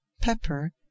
pepper